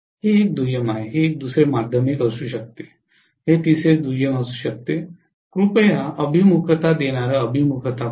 हे एक दुय्यम आहे हे दुसरे माध्यमिक असू शकते हे तिसरे दुय्यम असू शकते कृपया अभिमुखता देणारं अभिमुखता पहा